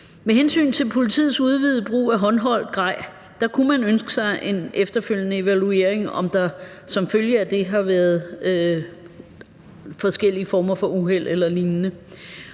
Med hensyn til politiets udvidede brug af håndholdt grej kunne man ønske sig en efterfølgende evaluering af, om der som følge af det har været forskellige former for uheld eller lignende.